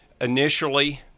initially